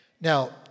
Now